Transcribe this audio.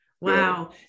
wow